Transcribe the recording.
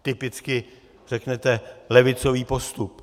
Typicky řeknete levicový postup.